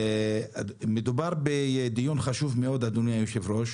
מדובר בדיון חשוב מאוד, אדוני היושב-ראש,